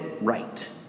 right